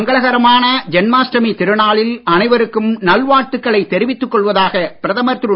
மங்களகரமான ஜென்மாஷ்டமி திருநாளில் அனைவருக்கும் நல்வாழ்த்துக்களை தெரிவித்துக் கொள்வதாக பிரதமர் திரு